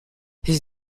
his